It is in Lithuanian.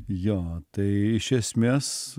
jo tai iš esmės